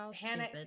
Hannah